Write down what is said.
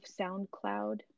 SoundCloud